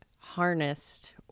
harnessed